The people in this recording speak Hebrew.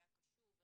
היה קשוב,